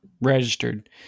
registered